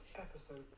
episode